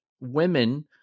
women